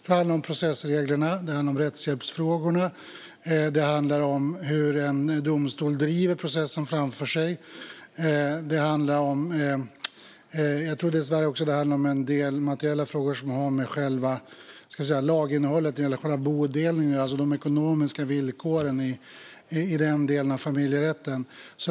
Det handlar om processreglerna, det handlar om rättshjälpsfrågorna och det handlar om hur en domstol driver processen framför sig. Jag tror dessvärre att det också handlar om en del materiella frågor som har att göra med själva laginnehållet när det gäller bodelningen, de ekonomiska villkoren i den delen av familjerätten.